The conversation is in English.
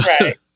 Right